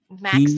Max